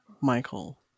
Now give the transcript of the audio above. Michael